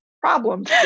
problems